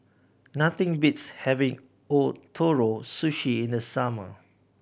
nothing beats having Ootoro Sushi in the summer